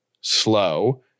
slow